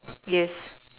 yes